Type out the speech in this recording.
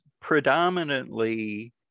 predominantly